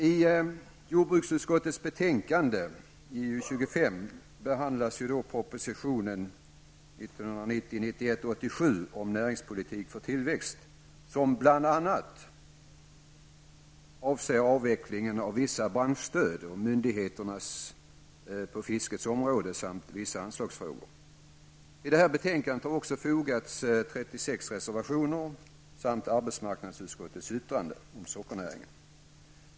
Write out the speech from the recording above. I jordbruksutskottets betänkande JoU25 behandlas propositionen 1990/91:87 om näringspolitik för tillväxt, som bl.a. gäller avveckling av vissa branschstöd, myndigheterna på fiskets område och vissa anslagsfrågor. Till betänkandet har fogats 36 reservationer samt arbetsmarknadsutskottets yttrande AU4y om sockernäringen.